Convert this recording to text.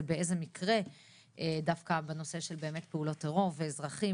ובאיזה מקרה דווקא בנושא של פעולות טרור ואזרחים,